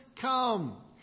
come